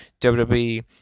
WWE